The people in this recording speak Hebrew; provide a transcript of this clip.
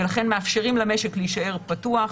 ולכן מאפשרים למשק להישאר פתוח.